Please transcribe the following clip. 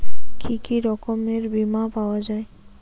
কি কি রকমের বিমা পাওয়া য়ায়?